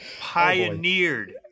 pioneered